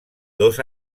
dos